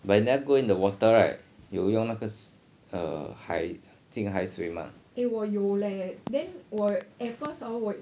but you never go in the water right 有用那个 uh 海进海水吗